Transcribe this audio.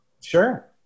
Sure